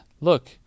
look